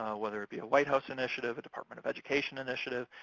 whether it be a white house initiative, a department of education initiative,